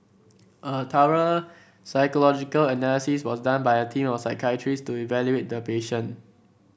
a thorough psychological analysis was done by a team of psychiatrist to evaluate the patient